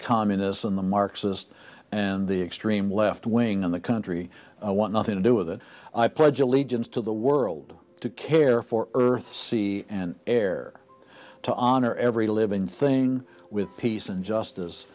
communist in the marxist and the extreme left wing in the country i want nothing to do with it i pledge allegiance to the world to care for earth see and air to honor every living thing with peace and justice